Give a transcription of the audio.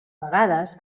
vegades